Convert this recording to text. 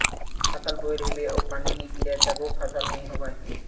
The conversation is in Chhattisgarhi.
फसल बोए रहिबे अउ पानी नइ गिरिय तभो फसल नइ होवय